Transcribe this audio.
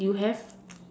you have